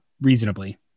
reasonably